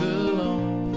alone